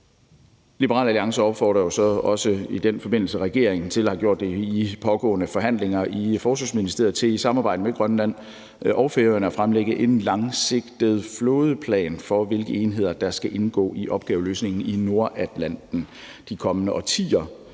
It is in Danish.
Liberal Alliance opfordrer jo så også i den forbindelse og har gjort det i de pågående forhandlinger i Forsvarsministeriet regeringen til i samarbejde med Grønland og Færøerne at fremlægge en langsigtet flådeplan for, hvilke enheder der skal indgå i opgaveløsningen i Nordatlanten de kommende årtier,